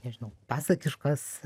nežinau pasakiškas